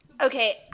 Okay